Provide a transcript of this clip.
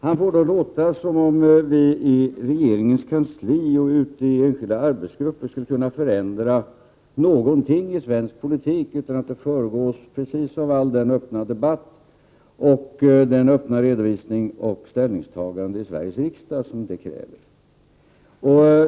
Han får det att låta som om vi i regeringskansliet eller i arbetsgrupper skulle kunna förändra någonting i svensk politik utan att det föregås av en öppen redovisning, en öppen debatt och det ställningstagande i Sveriges riksdag som krävs.